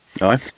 Aye